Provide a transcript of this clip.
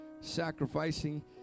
sacrificing